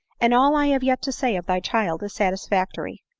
and all i have yet to say of thy child is satisfactory.